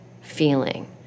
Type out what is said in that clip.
feeling